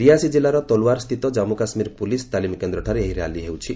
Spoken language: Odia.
ରିଆସି ଜିଲ୍ଲାର ତଲ୍ୱାରା ସ୍ଥିତ କମ୍ମୁ କାଶ୍ମୀର ପୁଲିସ୍ ତାଲିମ କେନ୍ଦ୍ରଠାରେ ଏହି ର୍ୟାଲି ହେଉଛି